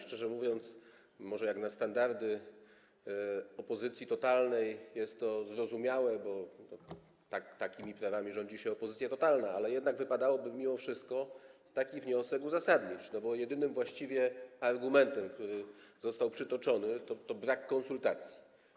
Szczerze mówiąc, może jak na standardy opozycji totalnej jest to zrozumiałe, bo takimi prawami rządzi się opozycja totalna, ale wypadałoby mimo wszystko taki wniosek uzasadnić, bo właściwie jedyny argument, który został przytoczony, to brak konsultacji.